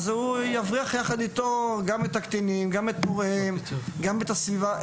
יבריח יחד איתם גם את הוריהם ואת הסביבה.